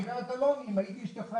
הגברת אלוני: אם הייתי אישתך,